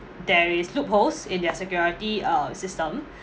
there is loopholes in their security uh system